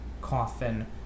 coffin